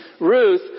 Ruth